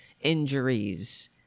injuries